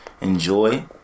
Enjoy